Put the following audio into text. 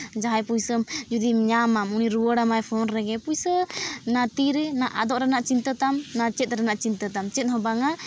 ᱡᱟᱦᱟᱸᱭ ᱯᱚᱭᱥᱟᱢ ᱡᱩᱫᱤᱢ ᱧᱟᱢᱟ ᱩᱱᱤ ᱨᱩᱣᱟᱹᱲ ᱟᱢᱟᱭ ᱯᱷᱳᱱ ᱨᱮᱜᱮ ᱯᱚᱭᱥᱟ ᱱᱟ ᱛᱤ ᱨᱮ ᱱᱟ ᱟᱫᱚᱜ ᱨᱮᱱᱟᱜ ᱪᱤᱱᱛᱟᱹ ᱛᱟᱢ ᱱᱟ ᱪᱮᱫ ᱨᱮᱱᱟᱜ ᱪᱤᱱᱛᱟᱹ ᱛᱟᱢ ᱪᱮᱫ ᱦᱚᱸ ᱵᱟᱝᱟ